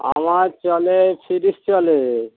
আমার চলে ফ্রিজ চলে